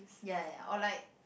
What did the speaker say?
ya ya or like